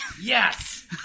Yes